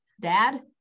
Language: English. Dad